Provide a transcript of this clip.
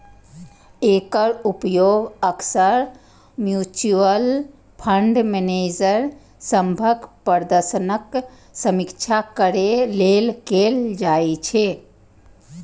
एकर उपयोग अक्सर mutual fund manager सभक प्रदर्शनक समीक्षा करै लेल कैल जाइ छै